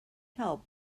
help